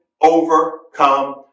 overcome